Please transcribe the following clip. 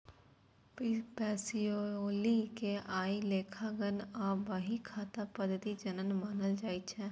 Pacioli कें आइ लेखांकन आ बही खाता पद्धतिक जनक मानल जाइ छै